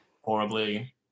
horribly